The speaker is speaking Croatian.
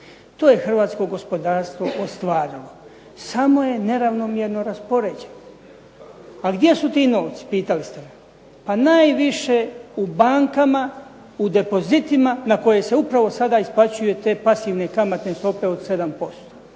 To je hrvatsko gospodarstvo ostvarilo samo je neravnomjerno raspoređeno. A gdje su ti novci pitali ste me? Pa najviše u bankama, u depozitima na koje se upravo sada isplaćuje te pasivne kamatne stope od 7%.